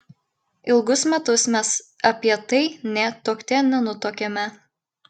ilgus metus mes apie tai nė tuokte nenutuokėme